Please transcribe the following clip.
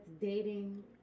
dating